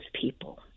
people